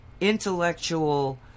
intellectual